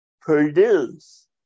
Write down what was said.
produce